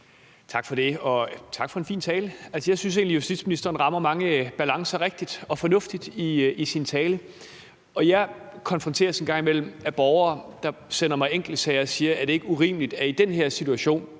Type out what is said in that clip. Tak for det, og tak for en fin tale. Jeg synes egentlig, justitsministeren rammer mange balancer rigtigt og fornuftigt i sin tale. Jeg konfronteres en gang imellem af borgere, der sender mig enkeltsager og spørger, om det ikke er urimeligt, at f.eks. i den her situation